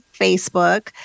Facebook